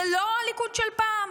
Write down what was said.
זה לא הליכוד של פעם,